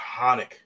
iconic